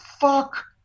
fuck